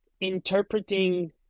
interpreting